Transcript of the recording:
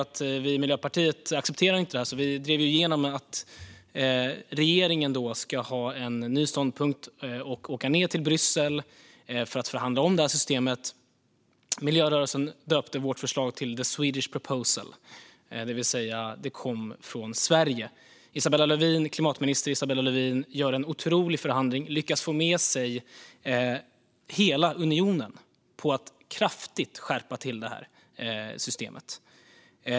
Vi i Miljöpartiet accepterade inte det här, så vi drev igenom att regeringen skulle ha en ny ståndpunkt och åka ned till Bryssel för att förhandla om systemet. Miljörörelsen döpte vårt förslag till The Swedish Proposal, det vill säga att det kom från Sverige. Klimatminister Isabella Lövin gjorde en otrolig förhandling och lyckades få med sig hela unionen på att kraftigt skärpa till systemet.